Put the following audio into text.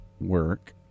work